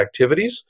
activities